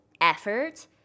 effort